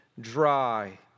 dry